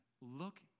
Look